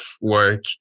work